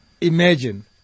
imagine